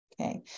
Okay